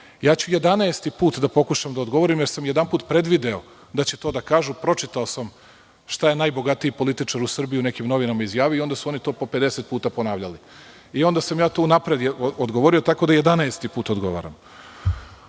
Jedanaesti put ću pokušati da odgovorim, jer sam jedanput predvideo da će to da kažu. Pročitao sam šta je najbogatiji političar u Srbiji u nekim novinama izjavio i onda su to oni po 50 puta ponavljali. Onda sam unapred odgovorio, tako da jedanaesti put odgovaram